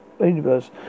Universe